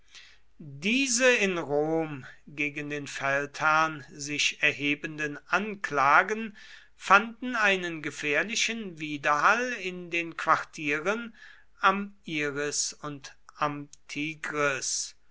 diese in rom gegen den feldherrn sich erhebenden anklagen fanden einen gefährlichen widerhall in den quartieren am iris und